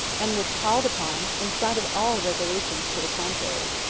and was called upon, in spite of all resolutions to the contrary.